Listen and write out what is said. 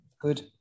Good